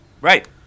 Right